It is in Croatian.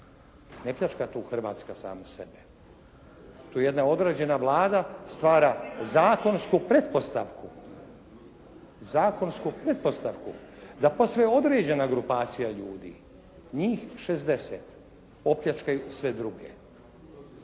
Ne pljačka tu Hrvatska samu sebe. Tu jedna određena Vlada stvara zakonsku pretpostavku, zakonsku pretpostavku da postoji određena grupacija ljudi, njih 60 opljačkaju sve druge.